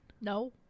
No